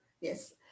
Yes